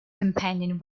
companion